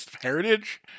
heritage